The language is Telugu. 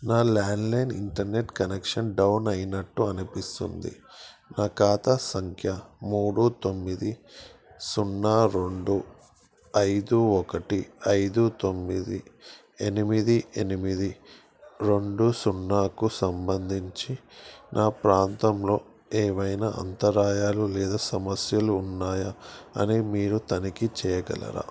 నా ల్యాండ్లైన్ ఇంటెర్నెట్ కనెక్షన్ డౌన్ అయినట్టు అనిపిస్తుంది నా ఖాతా సంఖ్య మూడు తొమ్మిది సున్నా రెండు ఐదు ఒకటి ఐదు తొమ్మిది ఎనిమిది ఎనిమిది రెండు సున్నాకు సంబంధించి నా ప్రాంతంలో ఏవైనా అంతరాయాలు లేదా సమస్యలు ఉన్నాయా అని మీరు తనిఖీ చేయగలరా